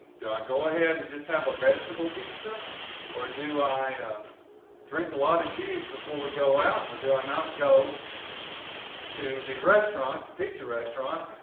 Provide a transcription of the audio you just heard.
do i go ahead and just have a vegetable pizza or do i drink a lot of juice before we go out or do i not go to the restaurant, pizza restaurant,